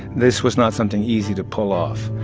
this was not something easy to pull off